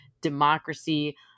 democracy